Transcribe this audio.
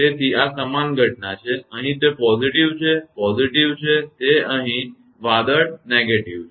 તેથી આ સમાન ઘટના છે અહીં તે positive છે positive છે તે અહીં છે વાદળ negative છે